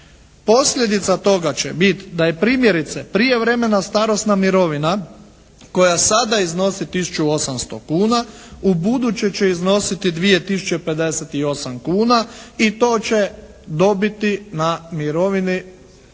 posljedica toga će bit da je primjerice prijevremena starosna mirovina koja sada iznosi tisuću 800 kuna ubuduće će iznositi 2 tisuće 58 kuna i to će dobiti na mirovini u 11.